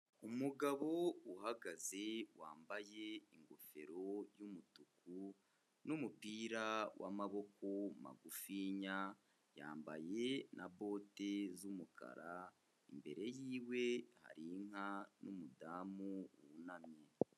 Umugabo uhagaze wambaye ingofero y'umutuku n'umupira w'amaboko magufinya yambaye na bote z'umukara, imbere yiwe hari inka n'umudamu wunamye.